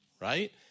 right